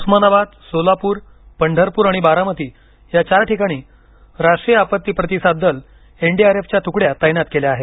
उस्मानाबादसोलापूरपंढरपूर आणि बारामती या चार ठिकाणी राष्ट्रीय आपत्ती प्रतिसाद दल एनडीआरफच्या तुकड्या तैनात केल्या आहेत